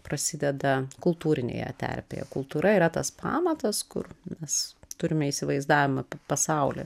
prasideda kultūrinėje terpėje kultūra yra tas pamatas kur mes turime įsivaizdavimą apie pasaulį